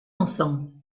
ensemble